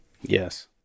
Yes